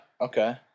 Okay